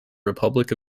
republic